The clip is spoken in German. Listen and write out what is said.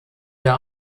der